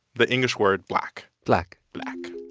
the english word black black black.